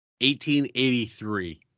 1883